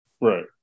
Right